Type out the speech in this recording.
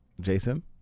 Jason